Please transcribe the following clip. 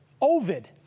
Ovid